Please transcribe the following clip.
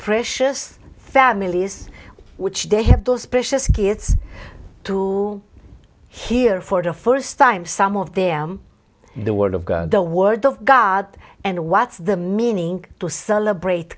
precious families which they have those precious gifts to hear for the first time some of them the word of god the word of god and what's the meaning to celebrate